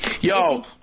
Yo